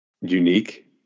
unique